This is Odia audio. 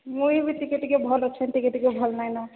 ମୁଁ ବି ଟିକେ ଟିକେ ଭଲ ଅଛି ଟିକେ ଟିକେ ଭଲ ନାଇଁ